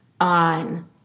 on